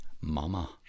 mama